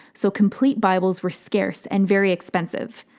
so complete bibles were scarce and very expensive.